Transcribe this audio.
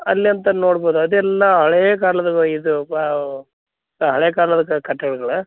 ಅಲ್ಲೆಂತ ನೋಡ್ಬೋದು ಅದೆಲ್ಲ ಹಳೆ ಕಾಲದ ವ ಇದು ಬವ್ ಹಳೆಯ ಕಾಲದ ಕಟ್ಟಡಗಳು